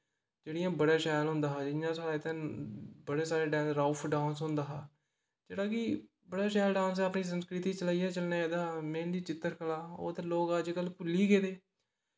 जेह्डि़यां बड़ा शैल होंदा हा इ'यां साढ़े इत्थे बड़े सारे डा राउफ डांस होंदा हा जेह्ड़ा कि बड़ा शैल डांस ऐ अपनी सस्कृति चला दा मैंह्दी चित्रकला ओह् ते लोक अज्जकल भुल्ली गेदे